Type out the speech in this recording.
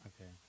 Okay